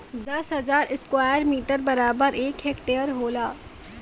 दस हजार square metre बराबर एक हेक्टेयर होला